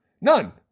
none